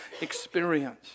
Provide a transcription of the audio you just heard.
experience